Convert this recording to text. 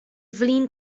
flin